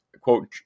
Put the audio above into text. quote